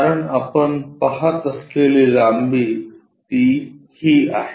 कारण आपण पाहत असलेली लांबी ती ही आहे